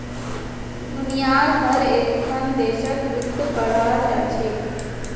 दुनियार हर एकखन देशत वित्त पढ़ाल जा छेक